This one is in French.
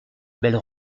belle